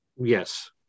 Yes